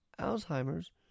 Alzheimer's